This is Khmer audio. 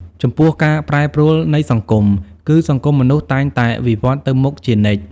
ចំពោះ ការប្រែប្រួលនៃសង្គម គឺសង្គមមនុស្សតែងតែវិវឌ្ឍន៍ទៅមុខជានិច្ច។